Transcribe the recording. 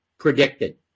Predicted